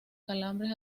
calambres